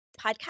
podcast